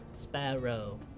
Sparrow